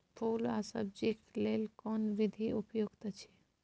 फूल आ सब्जीक लेल कोन विधी उपयुक्त अछि?